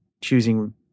choosing